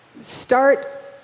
start